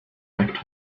back